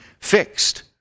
fixed